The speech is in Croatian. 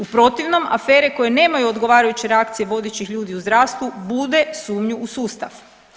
U protivnom afere koje nemaju odgovarajuće reakcije vodećih ljudi u zdravstvu bude sumnju u sustav.